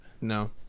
No